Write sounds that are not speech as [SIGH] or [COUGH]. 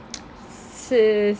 [NOISE] sis